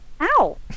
ow